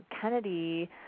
Kennedy